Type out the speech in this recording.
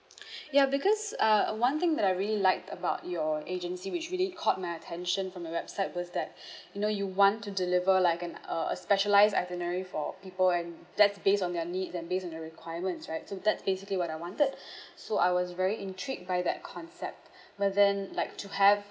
ya because uh one thing that I really like about your agency which really caught my attention from the website was that you know you want to deliver like an uh a specialised itinerary for people and that's based on their needs and based on their requirements right so that's basically what I wanted so I was very intrigued by that concept but then like to have